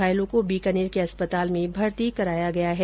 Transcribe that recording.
घायलों को बीकानेर के अस्पताल में भर्ती कराया गया है